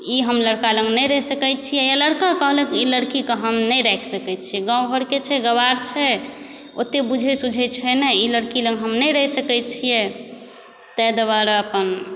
ई हम लड़का लग नहि रहि सकै छी या लड़का कहलक ई लड़की कए हम नहि राखि सकै छी गाम घरके छै गँवार छै ओतेक बुझै सुझै छै नहि ई लड़की लग हम नहि रहि सकै छियै ताहि दुआरे अपन